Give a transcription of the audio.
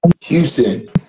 Houston